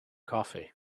coffee